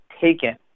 taken